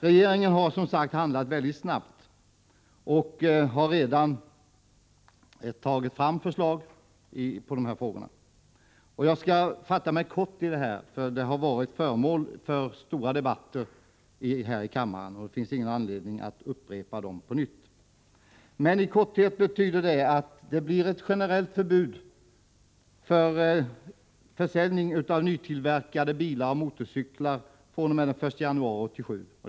Regeringen har som sagt handlat väldigt snabbt och redan tagit fram förslag i dessa frågor. Jag skall fatta mig mycket kort på denna punkt. Den har varit föremål för stora debatter här i kammaren, och det finns ingen anledning att upprepa dem på nytt. I korthet betyder förslagen att det blir generellt förbud mot försäljning av nytillverkade bilar och motorcyklar med asbestbelägg fr.o.m. den 1 januari 1987.